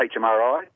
HMRI